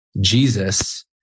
Jesus